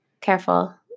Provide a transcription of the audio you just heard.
careful